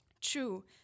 True